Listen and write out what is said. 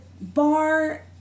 bar